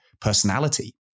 personality